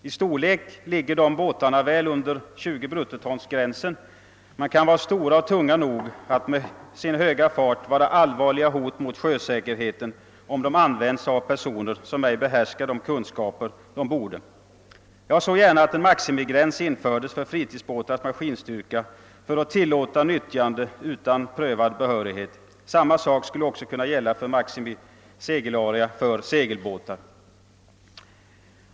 I storlek ligger de båtarna väl under gränsen 20 bruttoton, men de kan vara stora och tunga nog att med sin höga fart utgöra allvarliga hot mot sjösäkerheten, om de används av personer som ej förfogar över de kunskaper de borde ha. Jag såg gärna att en maximigräns infördes för fritidsbåtars maskinstyrka över vilken nyttjande utan prövad behörighet inte skulle tillåtas. Samma sak skulle också kunna gälla maximisegelarea för segelbåtar.